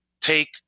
take